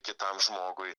kitam žmogui